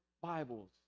Bibles